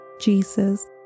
Jesus